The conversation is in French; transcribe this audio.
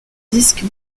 disque